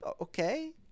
okay